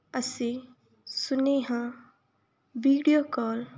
ਅਸੀਂ ਸੁਨੇਹਾ ਵੀਡੀਓ ਕਾਲ